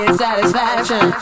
satisfaction